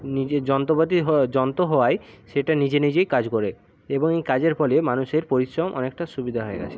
নিজে যন্ত্রপাতি হওয়ায় যন্তো হওয়ায় সেটা নিজে নিজেই কাজ করে এবং এই কাজের ফলে মানুষের পরিশ্রম অনেকটা সুবিধা হয়ে গেছে